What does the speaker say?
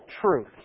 truth